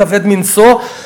כבד מנשוא.